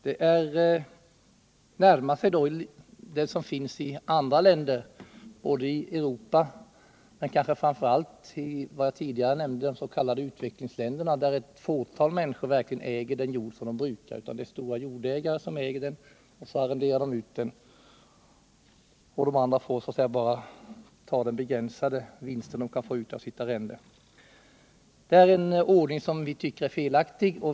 Vi närmar oss här andra länder i Europa men framför allt de s.k. utvecklingsländerna, där bara ett fåtal människor äger den jord de brukar. Stora jordägare äger merparten av jorden och arrenderar ut den; brukarna får bara den begränsade vinst de kan få ut av sitt arrende. Det är en ordning som vi tycker är felaktig.